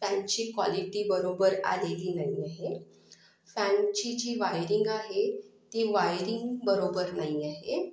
फॅनची quality बरोबर आलेली नाही आहे फॅनची जी वायरिंग आहे ती वायरिंग बरोबर नाही आहे